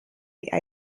die